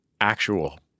actual